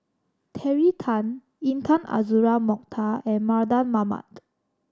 Terry Tan Intan Azura Mokhtar and Mardan Mamat